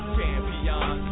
Champion